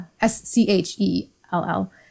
s-c-h-e-l-l